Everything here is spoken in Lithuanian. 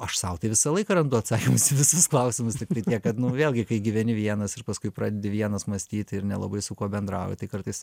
aš sau tai visą laiką randu atsakymus į visus klausimus tiktai tiek kad vėlgi kai gyveni vienas ir paskui pradedi vienas mąstyti ir nelabai su kuo bendrauji tai kartais